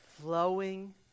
flowing